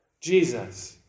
Jesus